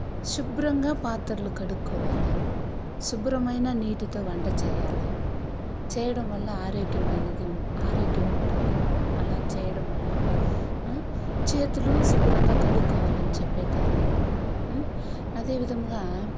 శుభ్రంగా పాత్రలు కడుక్కోవాలా శుభ్రమైన నీటితో వంట చేయాల చేయడం వల్ల ఆరోగ్యమైనది ఉం ఆరోగ్యం ఉంటుంది అలా చేయడం వల్ల చేతులు శుభ్రంగా కడుక్కోవాలని చెప్పేదాన్ని అదేవిధంగా